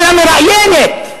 אבל המראיינת,